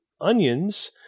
onions